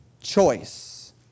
choice